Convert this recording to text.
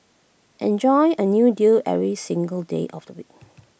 enjoy A new deal every single day of the week